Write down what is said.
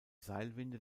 seilwinde